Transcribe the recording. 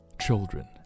Children